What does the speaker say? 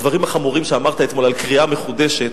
הדברים החמורים שאמרת אתמול על קריאה מחודשת.